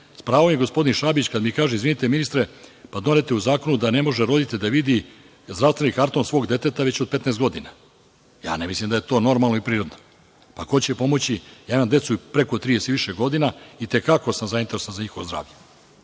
pravu je gospodin Šabić kada mi kaže – izvinite, ministre, doneto je u zakonu da ne može roditelj da vidi zdravstveni karton svog deteta već od 15 godina. Ja ne mislim da je to normalno i prirodno. A, to će pomoći? Ja imam decu preko 30 i više godina, i te kako sam zainteresovan za njihovo zdravlje.